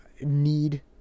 need